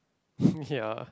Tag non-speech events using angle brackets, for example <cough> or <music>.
<breath> ya